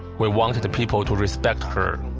we want people to respect her.